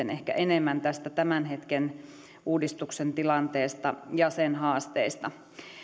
sitten ehkä enemmän tätä tämän hetken uudistuksen tilannetta ja sen haasteita